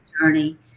journey